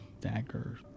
dagger